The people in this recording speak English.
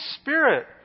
Spirit